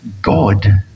God